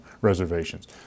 reservations